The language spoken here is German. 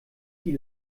die